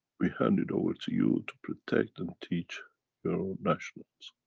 we hand it over to you to protect and teach your own nationals.